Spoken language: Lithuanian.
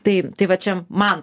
tai tai va čia man